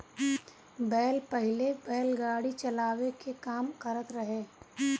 बैल पहिले बैलगाड़ी चलावे के काम करत रहे